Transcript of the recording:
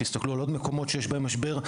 תסתכלו על עוד מקומות בהם יש משבר,